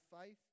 faith